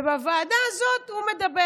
ובוועדה הזאת הוא מדבר.